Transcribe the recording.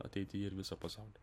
ateityje ir visą pasaulį